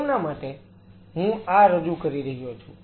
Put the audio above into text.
તેમના માટે હું આ રજૂ કરી રહ્યો છું